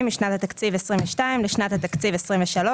משנת התקציב 2022 לשנת התקציב 2023,